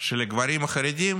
של הגברים החרדים